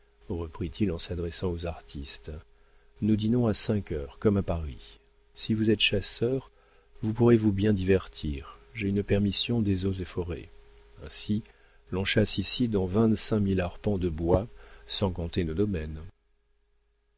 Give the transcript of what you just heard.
reprit-il en s'adressant aux artistes nous dînons à cinq heures comme à paris si vous êtes chasseurs vous pourrez vous bien divertir j'ai une permission des eaux et forêts ainsi l'on chasse ici dans vingt-cinq mille arpents de bois sans compter nos domaines